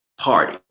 party